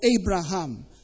Abraham